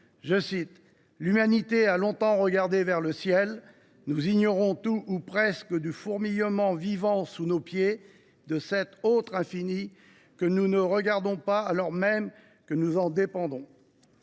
juste :« L’humanité a longtemps regardé vers le ciel. En revanche, nous ignorons tout ou presque du fourmillement vivant sous nos pieds, de cet autre infini que nous ne regardons pas alors même que nous en dépendons. »